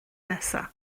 nesaf